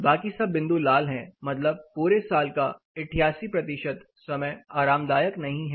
बाकी सब बिंदु लाल है मतलब पूरे साल का 88 समय आरामदायक नहीं है